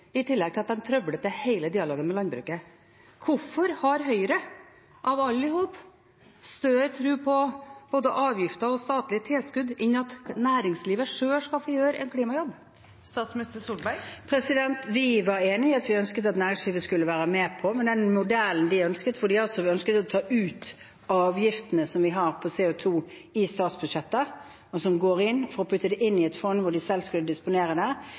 i tillegg til at de har trøblet til hele dialogen med landbruket. Hvorfor har Høyre – av alle – større tro på både avgifter og statlige tilskudd enn at næringslivet sjøl skal få gjøre en klimajobb? Vi ønsket at næringslivet skulle være med, men når det gjelder den modellen de ønsket – hvor de altså ønsket å ta ut CO2-avgiftene fra statsbudsjettet for å putte de midlene inn i et fond som de selv skulle disponere, i stedet for å